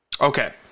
Okay